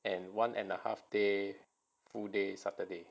and one and a half day full day saturday